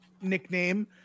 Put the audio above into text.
nickname